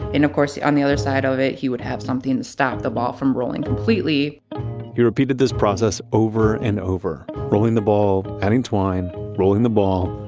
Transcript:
and of course, on the other side of it he would have something to stop the ball from rolling completely he repeated this process over and over, rolling the ball, adding twine, rolling the ball,